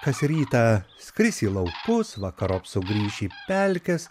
kas rytą skris į laukus vakarop sugrįš į pelkes